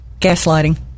gaslighting